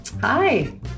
Hi